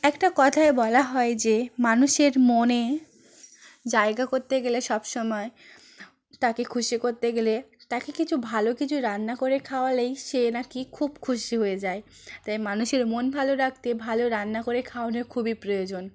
একটা কথায় বলা হয় যে মানুষের মনে জায়গা করতে গেলে সব সময় তাকে খুশি করতে গেলে তাকে কিছু ভালো কিছু রান্না করে খাওয়ালেই সে না কি খুব খুশি হয়ে যায় তাই মানুষের মন ভালো রাখতে ভালো রান্না করে খাওয়ানো খুবই প্রয়োজন